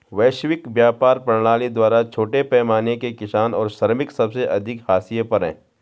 वैश्विक व्यापार प्रणाली द्वारा छोटे पैमाने के किसान और श्रमिक सबसे अधिक हाशिए पर हैं